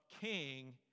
king